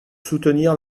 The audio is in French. soutenir